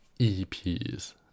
EPs